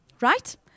Right